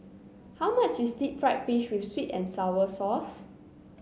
how much is Deep Fried Fish with sweet and sour sauce